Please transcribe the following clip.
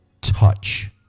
touch